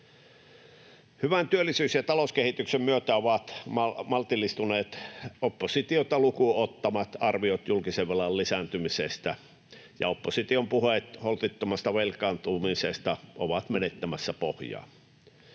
Hyvän työllisyys- ja talouskehityksen myötä ovat maltillistuneet — oppositiota lukuun ottamatta — arviot julkisen velan lisääntymisestä, ja opposition puheet holtittomasta velkaantumisesta ovat menettämässä pohjaa.